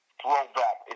throwback